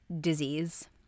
disease